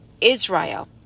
israel